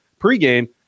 pregame